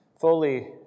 fully